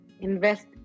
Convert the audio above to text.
Invest